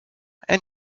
and